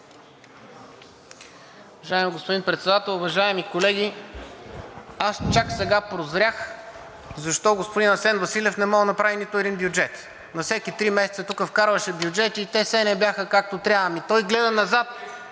Уважаеми господин Председател, уважаеми колеги! Чак сега прозрях защо господин Асен Василев не може да направи нито един бюджет. На всеки три месеца тук вкарваше бюджети и те все не бяха както трябва. Ами, той гледа назад,